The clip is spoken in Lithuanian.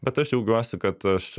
bet aš džiaugiuosi kad aš